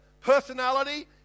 personality